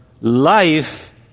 life